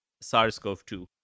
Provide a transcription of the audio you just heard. SARS-CoV-2